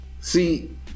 see